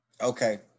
Okay